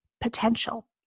potential